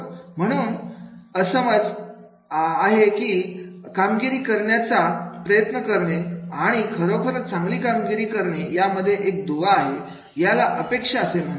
आणि म्हणून असासमज आहे की कामगिरी करण्याचा प्रयत्न करणे आणि आणि खरोखरच चांगली कामगिरी करणे यामध्ये एक दुवा आहे यालाच अपेक्षा असे म्हणतात